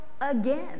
again